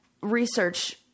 research